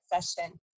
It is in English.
session